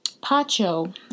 Pacho